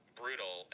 brutal